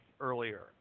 earlier